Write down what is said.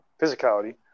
physicality